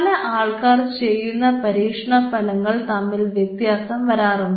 പല ആൾക്കാർ ചെയ്യുന്ന പരീക്ഷണഫലങ്ങൾ തമ്മിൽ വ്യത്യാസം വരാറുണ്ട്